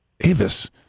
Avis